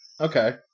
okay